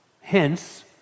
Hence